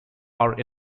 are